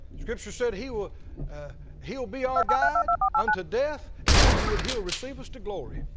scripture said he will ah he will be our guide unto death and afterwards he'll receive us to glory.